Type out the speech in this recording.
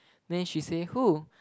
then she say who